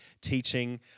teaching